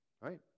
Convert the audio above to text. right